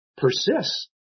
persists